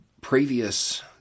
previous